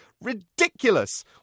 Ridiculous